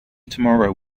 tomorrow